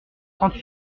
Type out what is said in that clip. trente